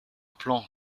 plan